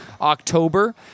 October